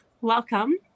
welcome